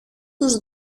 τους